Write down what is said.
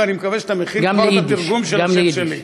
ואני מקווה שאתה מכין גם את התרגום של השם שלי.